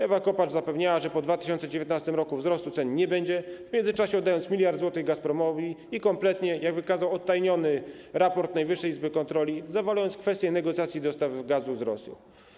Ewa Kopacz zapewniała, że po 2019 r. wzrostu cen nie będzie, w międzyczasie oddając 1 mld zł Gazpromowi i kompletnie, jak wykazał odtajniony raport Najwyższej Izby Kontroli, zawalając kwestię negocjacji dostaw gazu z Rosją.